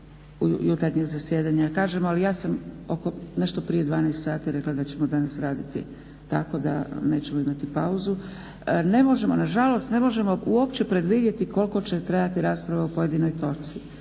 jutarnjeg zasjedanja kažemo, ali ja sam nešto prije 12,00 sati rekla da ćemo danas raditi tako da nećemo imati pauzu. Ne možemo, nažalost ne možemo uopće predvidjeti koliko će trajati rasprava o pojedinoj točci.